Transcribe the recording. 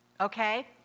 okay